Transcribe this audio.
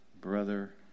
Brother